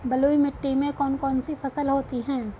बलुई मिट्टी में कौन कौन सी फसल होती हैं?